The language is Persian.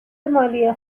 مالی